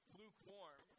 lukewarm